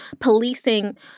policing